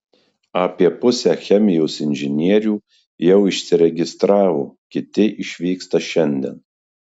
apie pusę chemijos inžinierių jau išsiregistravo kiti išvyksta šiandien